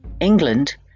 England